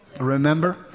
Remember